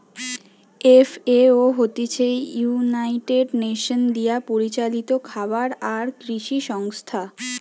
FAO হতিছে United Nations দিয়া পরিচালিত খাবার আর কৃষি সংস্থা